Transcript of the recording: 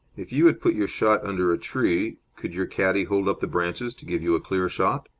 if you had put your shot under a tree, could your caddie hold up the branches to give you a clear shot?